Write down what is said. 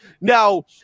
Now